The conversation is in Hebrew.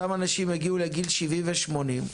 אותם אנשים הגיעו לגיל 70 ו-80,